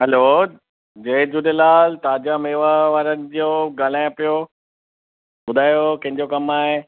hello जय झूलेलाल ताज़ा मेवा वारनि जो ॻाल्हायां पियो ॿुधायो कंहिंजो कमु आहे